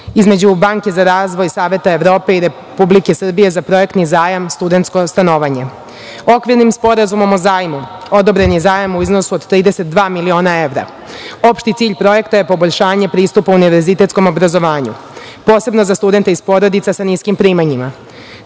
između Banke za razvoj saveta Evrope i Republike Srbije za projektni zajam studentsko stanovanje. Okvirnim sporazumom o zajmu odobren je zajam u iznosu od 32 miliona evra. Opšti cilj projekta je poboljšanje pristupa univerzitetskom obrazovanju posebno za studente iz porodica sa niskim primanjima. Specifični